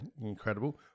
incredible